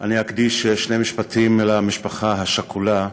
אני אקדיש שני משפטים למשפחה השכולה מהנגב.